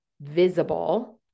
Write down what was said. visible